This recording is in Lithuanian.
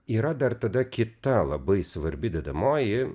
yra dar tada kita labai svarbi dedamoji